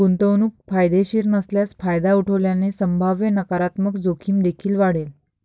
गुंतवणूक फायदेशीर नसल्यास फायदा उठवल्याने संभाव्य नकारात्मक जोखीम देखील वाढेल